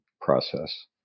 process